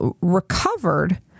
recovered